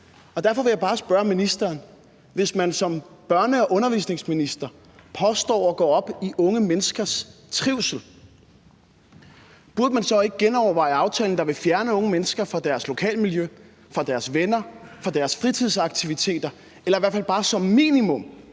Derfor vil jeg gerne spørge ministeren om noget: Hvis man som børne- og undervisningsminister påstår at gå op i unge menneskers trivsel, burde man så ikke genoverveje aftalen, der vil fjerne unge mennesker fra deres lokalmiljø, fra deres venner og fra deres fritidsaktiviteter, eller i hvert fald bare som minimum